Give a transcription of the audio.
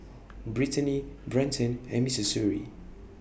Britany Brenton and Missouri